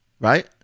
Right